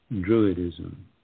druidism